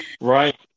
right